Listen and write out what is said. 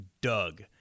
Doug